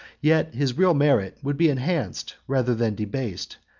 yet his real merit would be enhanced, rather than debased,